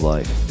Life